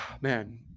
Man